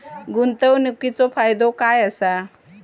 गुंतवणीचो फायदो काय असा?